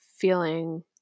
feeling